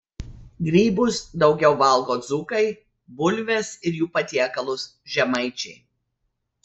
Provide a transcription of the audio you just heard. grybus daugiau valgo dzūkai bulves ir jų patiekalus žemaičiai